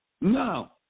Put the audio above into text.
no